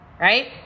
Right